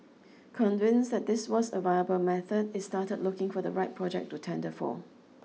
convinced that this was a viable method it started looking for the right project to tender for